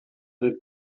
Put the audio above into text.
del